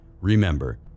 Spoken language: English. Remember